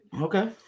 Okay